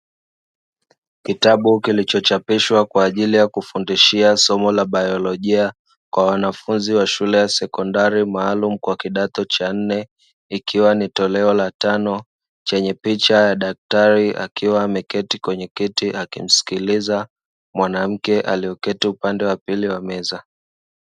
Kitabu kilichochapishwa kwa ajili ya kufundishia somo la Baiolojia kwa wanafunzi wa shule sekondari maalumu kwa kidato cha nne, ikiwa ni toleo la tano, chenye picha ya daktari akiwa ameketi kwenye kiti akimsikiliza mwanamke aliyeketi upande wa pili wa meza.